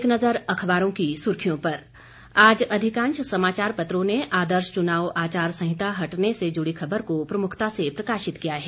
एक नज़र अखबारों की सुर्खियों पर आज अधिकांश समाचार पत्रों ने आदर्श चुनाव आचार संहिता हटने से जुड़ी खबर को प्रमुखता से प्रकाशित किया है